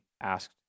asked